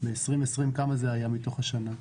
ב-2020 כמה זה היה מתוך השנה?